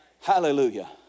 Hallelujah